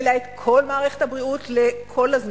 אלא את כל מערכת הבריאות כל הזמן.